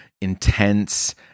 intense